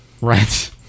Right